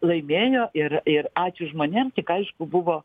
laimėjo ir ir ačiū žmonėms tik aišku buvo